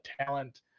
talent